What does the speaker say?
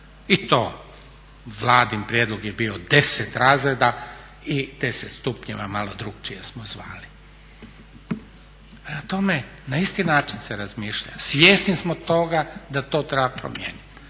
i to Vladin prijedlog je bio 10 razreda i 10 stupnjeva malo drukčije smo zvali. Prema tome, na isti način se razmišlja. Svjesni smo toga da to treba promijeniti.